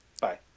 Bye